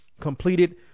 completed